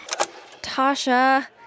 Tasha